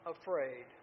afraid